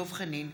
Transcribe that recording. דב חנין,